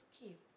keep